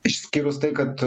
išskyrus tai kad